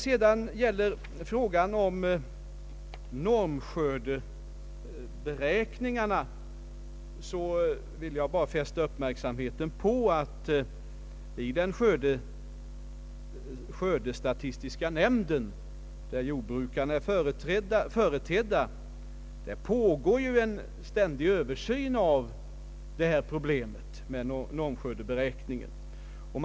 I fråga om normskördeberäkningarna vill jag bara fästa uppmärksamheten på att i den skördestatistiska nämnden, där jordbrukarna är företrädda, pågår en ständig översyn av problemet med normskördeberäkningarna.